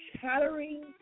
chattering